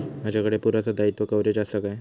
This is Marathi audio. माजाकडे पुरासा दाईत्वा कव्हारेज असा काय?